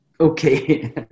Okay